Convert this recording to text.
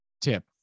tip